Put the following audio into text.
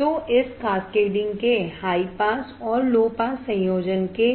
तो इस कैस्केडिंग के हाई पास और लो पास संयोजन के